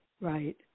Right